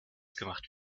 gemacht